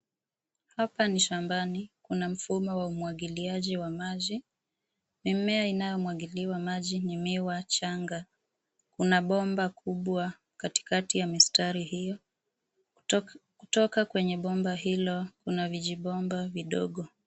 Hapa ni shambani. Kuna mfumo wa umwagiliaji wa maji. Mimea inayomwagiliwa maji ni miwa changa. Kuna bomba kubwa katikati ya mistari hio. Kutoka kwenye bomba hilo kuna vijibomba vidogo.